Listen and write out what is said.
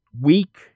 weak